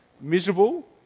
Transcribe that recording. miserable